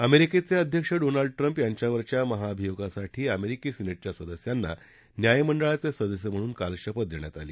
अमेरिकेचे अध्यक्ष Donald Trump यांच्यावरच्या महाभियोगासाठी अमेरिकी सिने ांध्या सदस्यांना न्यायमंडळाचे सदस्य म्हणून काल शपथ देण्यात आली